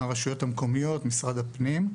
מהרשויות המקומיות וממשרד הפנים.